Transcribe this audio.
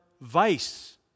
vice